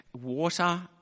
water